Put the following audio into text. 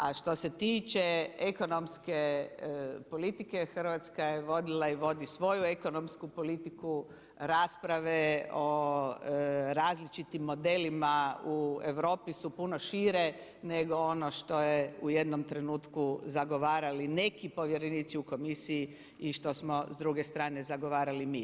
A što se tiče ekonomske politike Hrvatska je vodila i vodi svoju ekonomsku politiku, rasprave o različitim modelima u Europi su puno šire nego ono što je u jednom trenutku zagovarali neki povjerenici u Komisiji i što smo s druge strane zagovarali mi.